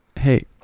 Hey